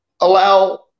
allow